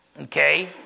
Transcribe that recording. Okay